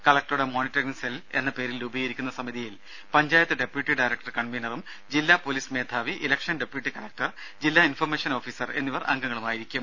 കലക്ടറുടെ monitoring cell എന്ന പേരിൽ രൂപീകരിക്കുന്ന സമിതിയിൽ പഞ്ചായത്ത് ഡെപ്യൂട്ടി ഡയറക്ടർ കൺവീനറും ജില്ലാ പൊലിസ് മേധാവി ഇലക്ഷൻ ഡെപ്യൂട്ടി കലക്ടർ ജില്ലാ ഇൻഫർമേഷൻ ഓഫീസർ എന്നിവർ അംഗങ്ങളായിരിക്കും